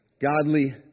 godly